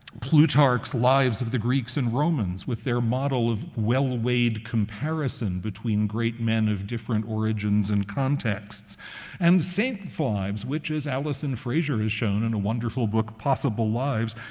plutarch's lives of the greeks and romans, with their model of well-weighed comparison between great men of different origins and contexts and saints' lives, which, as alison frazier has shown in a wonderful book, possible lives,